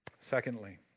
Secondly